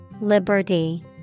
Liberty